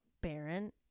Baron